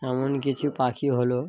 এমন কিছু পাখি হলো